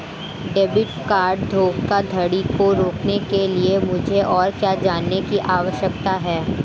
Debit card धोखाधड़ी को रोकने के लिए मुझे और क्या जानने की आवश्यकता है?